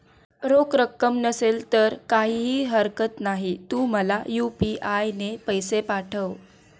रोख रक्कम नसेल तर काहीही हरकत नाही, तू मला यू.पी.आय ने पैसे पाठव